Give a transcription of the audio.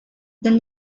then